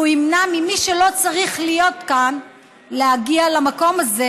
והוא ימנע ממי שלא צריך להיות כאן להגיע למקום הזה